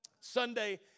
Sunday